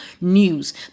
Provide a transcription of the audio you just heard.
news